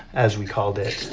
as we called it.